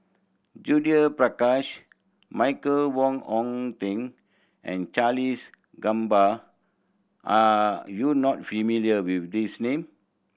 Judith Prakash Michael Wong Hong Teng and Charles Gamba are you not familiar with these name